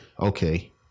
okay